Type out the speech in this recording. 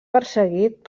perseguit